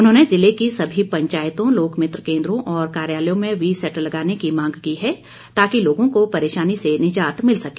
उन्होंने जिले की सभी पंचायतों लोकमित्र केन्द्रों और कार्यालयों में वी सैट लगाने की मांग की है ताकि लोगों को परेशानी से निजात मिल सके